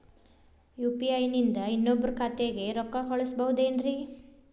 UPI ನಿಂದ ಇನ್ನೊಬ್ರ ಖಾತೆಗೆ ರೊಕ್ಕ ಕಳ್ಸಬಹುದೇನ್ರಿ?